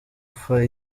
upfa